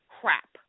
crap